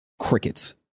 Crickets